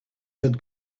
had